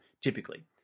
typically